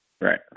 Right